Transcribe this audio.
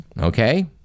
okay